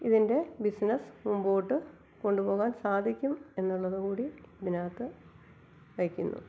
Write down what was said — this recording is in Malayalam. ഇതിൻ്റെ ബിസിനെസ്സ് മുമ്പോട്ട് കൊണ്ട് പോകാൻ സാധിക്കും എന്നുള്ളത് കൂടി ഇതിനകത്ത് വെയ്ക്കുന്നു